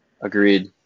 Agreed